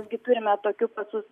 mes gi turime tokius pasus